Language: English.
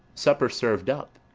supper serv'd up,